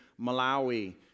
Malawi